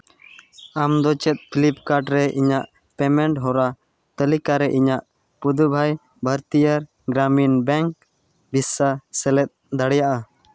ᱟᱢᱫᱚ ᱪᱮᱫ ᱯᱷᱤᱞᱤᱯᱠᱟᱨᱴ ᱨᱮ ᱤᱧᱟᱹᱜ ᱯᱮᱢᱮᱱᱴ ᱦᱚᱨᱟ ᱛᱟᱹᱞᱤᱠᱟ ᱨᱮ ᱤᱧᱟᱹᱜ ᱯᱩᱫᱩᱵᱷᱟᱭ ᱵᱷᱟᱨᱚᱛᱤᱭᱚ ᱜᱨᱟᱢᱤᱱ ᱵᱮᱝᱠ ᱵᱷᱤᱥᱟ ᱥᱮᱞᱮᱫ ᱫᱟᱲᱮᱭᱟᱜᱼᱟ